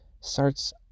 starts